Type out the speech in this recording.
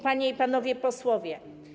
Panie i Panowie Posłowie!